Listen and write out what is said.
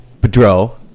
Pedro